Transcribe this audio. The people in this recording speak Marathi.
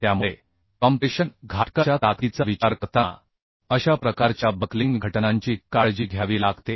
त्यामुळे कॉम्प्रेशन घाटकाच्या ताकदीचा विचार करताना अशा प्रकारच्या बक्लिंग घटनांची काळजी घ्यावी लागते